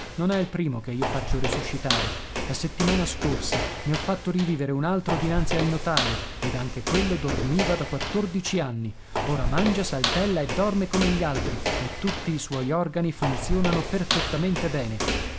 non è il primo che io faccio risuscitare la settimana scorsa ne ho fatto rivivere un altro dinanzi al notaio ed anche quello dormiva da quattordici anni ora mangia saltella e dorme come gli altri e tutti i suoi organi funzionano perfettamente bene